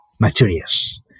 materials